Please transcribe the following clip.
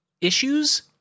issues